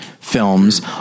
films